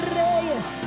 reyes